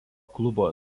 klubo